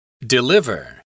Deliver